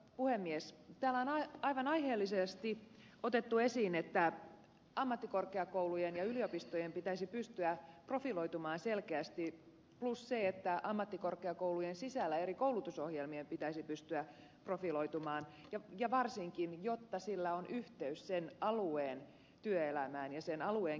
täällä on aivan aiheellisesti otettu esiin että ammattikorkeakoulujen ja yliopistojen pitäisi pystyä profiloitumaan selkeästi plus että ammattikorkeakoulujen sisällä eri koulutusohjelmien pitäisi pystyä profiloitumaan varsinkin jotta sillä on yhteys sen alueen työelämään ja sen alueen kehittämiseen